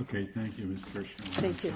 ok thank you thank you